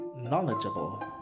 knowledgeable